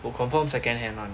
will confirm second hand [one]